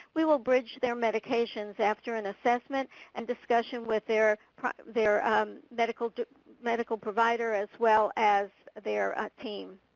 we will bridge their medications after an assessment and discussion with their their medical medical provider as well as their team.